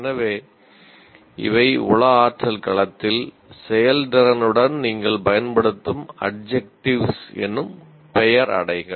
எனவே இவை உள ஆற்றல் களத்தில் செயல்திறனுடன் நீங்கள் பயன்படுத்தும் அட்ஜெக்ட்டிவ்ஸ் எனும் பெயரடைகள்